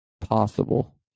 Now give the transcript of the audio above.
possible